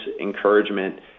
encouragement